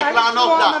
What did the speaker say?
אני רוצה רק לענות לה.